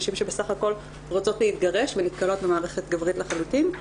נשים שבסך הכל רוצות להתגרש ונתקלות במערכת גברית לחלוטין,